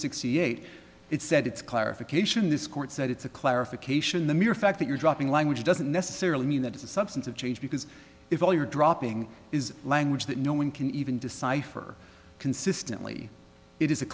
sixty eight it said it's clarification this court said it's a clarification the mere fact that you're dropping language doesn't necessarily mean that it's a substantive change because if all you're dropping is language that no one can even decipher consistently it is a